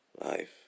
Life